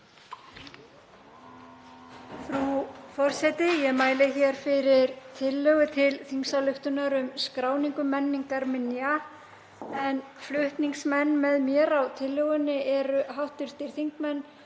Frú forseti. Ég mæli hér fyrir tillögu til þingsályktunar um skráningu menningarminja. Flutningsmenn með mér á tillögunni eru hv. þingmenn